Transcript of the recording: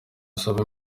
asaba